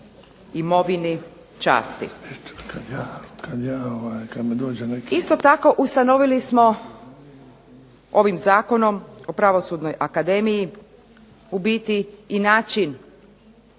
imovini, časti. Isto tako ustanovili smo ovim zakonom o pravosudnoj akademiji u biti i način